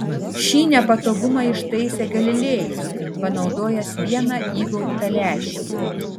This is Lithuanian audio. šį nepatogumą ištaisė galilėjus panaudojęs vieną įgaubtą lęšį